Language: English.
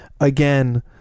again